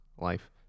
life